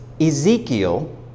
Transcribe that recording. Ezekiel